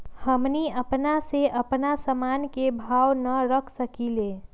हमनी अपना से अपना सामन के भाव न रख सकींले?